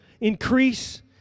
increase